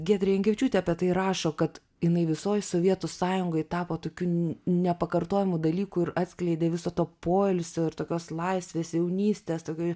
giedrė jankevičiūtė apie tai rašo kad jinai visoj sovietų sąjungoj tapo tokiu nepakartojamu dalyku ir atskleidė viso to poilsio ir tokios laisvės jaunystės tokį